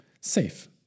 safe